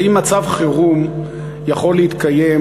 האם מצב חירום יכול להתקיים